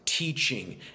Teaching